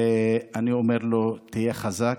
ואני אומר לו: תהיה חזק,